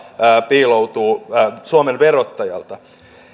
piiloutuu suomen verottajalta